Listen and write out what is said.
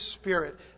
Spirit